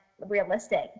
realistic